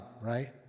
right